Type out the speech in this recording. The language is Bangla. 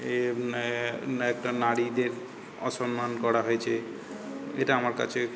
এ একটা নারীদের অসম্মান করা হয়েছে এটা আমার কাছে